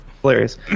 Hilarious